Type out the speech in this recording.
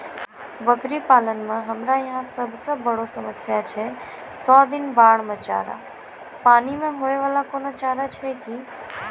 बकरी पालन मे हमरा यहाँ सब से बड़ो समस्या छै सौ दिन बाढ़ मे चारा, पानी मे होय वाला कोनो चारा छै कि?